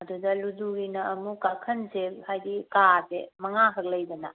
ꯑꯗꯨꯗ ꯂꯨꯗꯣꯒꯤꯅ ꯑꯃꯨꯛ ꯀꯥꯈꯟꯁꯦ ꯍꯥꯏꯕꯗꯤ ꯀꯥꯁꯦ ꯃꯉꯥꯈꯛ ꯂꯩꯗꯅ